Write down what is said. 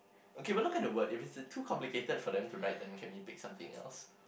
okay but look at the word if is too complicated for them to write then can we pick something else